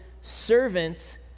servants